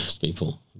people